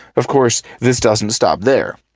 of course, this doesn't stop there.